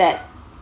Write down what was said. that